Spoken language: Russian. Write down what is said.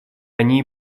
они